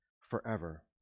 forever